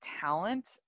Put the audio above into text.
talent